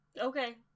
Okay